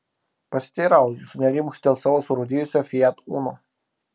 pasiteirauju sunerimusi dėl savo surūdijusio fiat uno